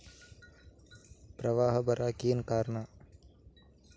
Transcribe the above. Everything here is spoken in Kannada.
ಪ್ರವಾಹ ಬರಾಕ್ ಏನ್ ಕಾರಣ?